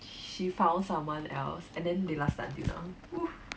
she found someone else and then they last until now oo